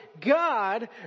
God